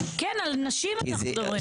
כן, על נשים אנחנו מדברים.